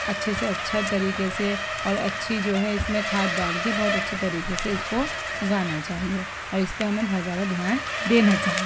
اچھے سے اچھا طریقے سے اور اچھی جو ہے اس میں کھاد ڈال کے بہت اچھے طریقے سے اس کو اگانا چاہیے اور اس پہ ہمیں بہت زیادہ دھیان دینا چاہیے